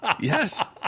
yes